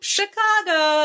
Chicago